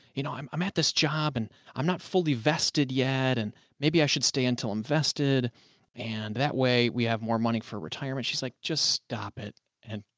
you know, i'm i'm at this job and i'm not fully vested yet, and maybe i should stay until invested and that way we have more money for retirement. she's like, just stop it and.